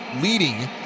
leading